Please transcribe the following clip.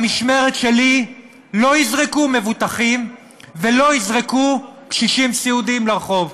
במשמרת שלי לא יזרקו מבוטחים ולא יזרקו קשישים סיעודיים לרחוב.